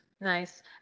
nice